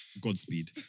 Godspeed